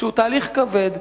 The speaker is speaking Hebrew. שהוא תהליך כבד,